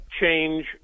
change